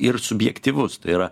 ir subjektyvus tai yra